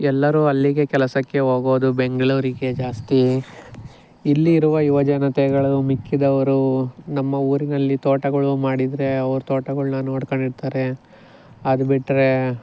ಎಲ್ಲರೂ ಅಲ್ಲಿಗೆ ಕೆಲಸಕ್ಕೆ ಹೋಗೋದು ಬೆಂಗಳೂರಿಗೆ ಜಾಸ್ತಿ ಇಲ್ಲಿ ಇರುವ ಯುವಜನತೆಗಳು ಮಿಕ್ಕಿದವರು ನಮ್ಮ ಊರಿನಲ್ಲಿ ತೋಟಗಳು ಮಾಡಿದರೆ ಅವರು ತೋಟಗಳ್ನ ನೋಡ್ಕೊಂಡಿರ್ತಾರೆ ಅದು ಬಿಟ್ಟರೆ